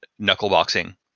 knuckleboxing